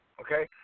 Okay